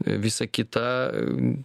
visa kita